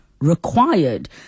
Required